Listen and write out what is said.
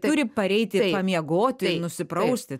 turi pareiti pamiegoti nusiprausti